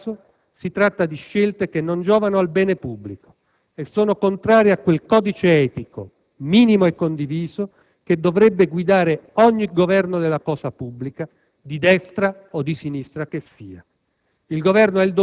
In ogni caso si tratta di scelte che non giovano al bene pubblico, e sono contrarie a quel codice etico, minimo e condiviso, che dovrebbe guidare ogni Governo della cosa pubblica, di destra o di sinistra che sia.